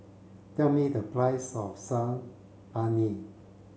tell me the price of Saag Paneer